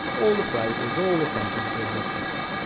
all the phrases, all the sentences etc.